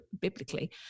biblically